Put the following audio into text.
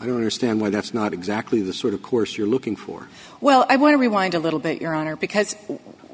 i don't understand why that's not exactly the sort of course you're looking for well i want to rewind a little bit your honor because